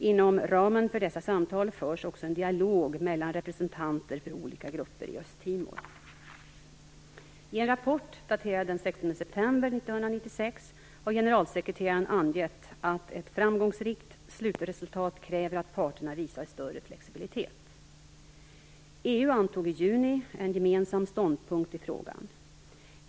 Inom ramen för dessa samtal förs också en dialog mellan representanter för olika grupper i Östtimor. I en rapport daterad den 16 september 1996 har generalsekreteraren angett att ett framgångsrikt slutresultat kräver att parterna visar större flexibilitet. EU antog i juni en gemensam ståndpunkt i frågan.